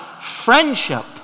friendship